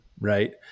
right